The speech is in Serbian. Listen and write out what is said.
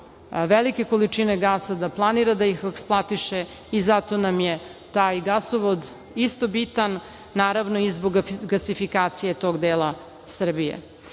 velike količine gasa, da planira da ih eksploatiše i zato nam je taj gasovod isto bitan, naravno i zbog gasifikacije tog dela Srbije.U